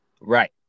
Right